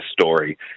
story